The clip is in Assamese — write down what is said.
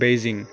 বেইজিং